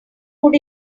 would